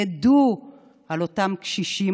ידעו על אותם קשישים,